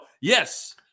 Yes